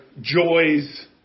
joys